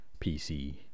PC